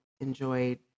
enjoyed